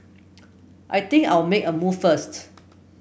I think I'll make a move first